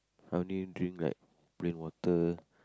I only drink like plain water